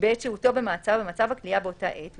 בעת שהותו במעצר ובמצב הכליאה באותה עת,